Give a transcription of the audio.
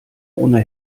ohne